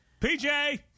PJ